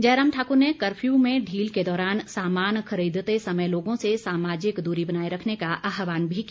जयराम ठाकुर ने कर्फ्यू में ढील के दौरान सामान खरदीते समय लोगों से सामाजिक दूरी बनाए रखने का आह्वान भी किया